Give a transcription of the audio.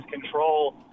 control